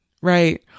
right